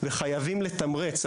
וחייבים לתמרץ.